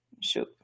shoot